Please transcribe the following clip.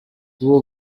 ubu